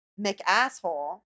McAsshole